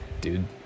dude